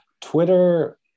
Twitter